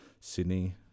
Sydney